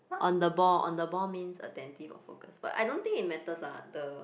on the ball on the ball means attentive or focus but I don't think it matters lah the